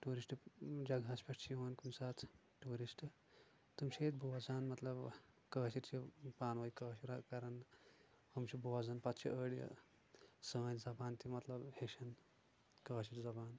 tourist جگہس پٮ۪ٹھ چھ یِوان کُنہِ ساتہٕ ٹیوٗرِسٹ تِم چھ ییٚتہِ بوزان مطلب کٲشِر چھ پانہٕ ؤنۍ کٲشِر کران ہُم چھ بوزان پَتہٕ چھِ أڑی سٲنۍ زَبان تہِ مطلب ہٮ۪چھان کٲشِر زَبان